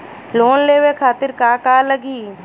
Loan लेवे खातीर का का लगी?